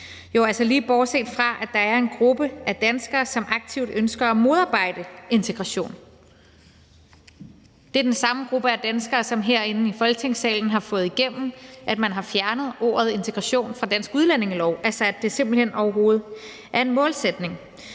lige bortset fra, at der er en gruppe af danskere, som aktivt ønsker at modarbejde integration. Det er den samme gruppe af danskere, som herinde i Folketingssalen har fået igennem, at man har fjernet ordet integration fra dansk udlændingelov, altså at det simpelt hen overhovedet er en målsætning.